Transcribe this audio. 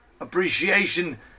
appreciation